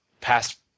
past